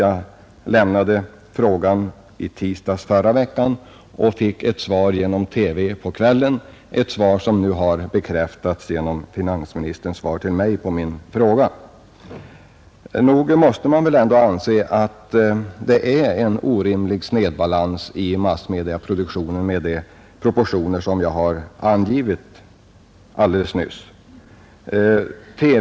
Jag lämnade in frågan i tisdags förmiddag i förra veckan och fick redan genom TV på kvällen ett besked som nu har bekräftats genom finansministerns svar till mig på min fråga. Nog måste man väl ändå anse att det är en orimlig snedbalans i massmediaproduktionen med de proportioner som jag alldeles nyss angivit.